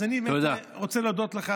אז אני רוצה להודות לך,